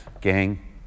gang